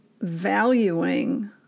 valuing